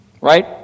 Right